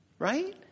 right